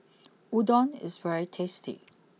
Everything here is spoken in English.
Udon is very tasty